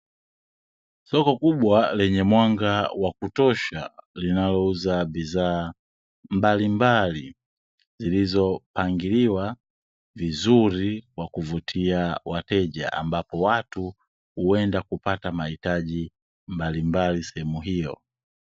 Soko kubwa lenye mwanga wa kutosha, linalouza bidhaa mbalimbali, zilizo pangiliwa vizuri kwa kuvutia wateja ambapo watu huenda kupata mahitaji mbalimbali sehemu hiyo.